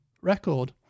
record